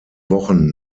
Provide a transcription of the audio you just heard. wochen